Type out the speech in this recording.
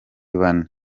bane